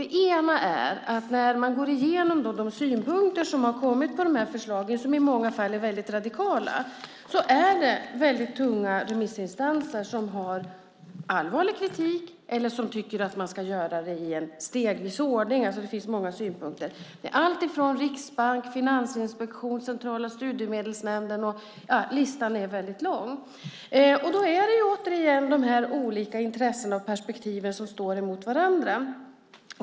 Det ena är att man, när man går igenom de synpunkter som har kommit på dessa förslag som i många fall är väldigt radikala, ser att det är tunga remissinstanser som har allvarlig kritik eller som tycker att detta ska göras i en stegvis ordning. Det finns alltså många synpunkter. Det är riksbank, finansinspektion, Centrala studiestödsnämnden - ja, listan är väldigt lång. Då är det återigen de olika intressena och perspektiven som står emot varandra.